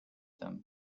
them